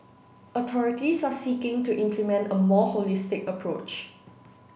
authorities are seeking to implement a more holistic approach